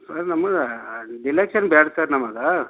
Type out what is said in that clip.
sir ನಮ್ಗೆ ಡಿಲಕ್ಷೇನೂ ಬೇಡ ಸರ್ ನಮ್ಗೆ